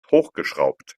hochgeschraubt